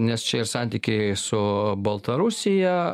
nes čia ir santykiai su baltarusija